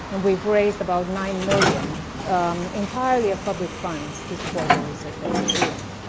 and we've raised about nine million entirely of public funds to support the research that we're doing.